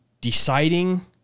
deciding